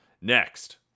Next